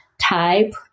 type